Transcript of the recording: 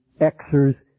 exers